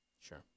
Sure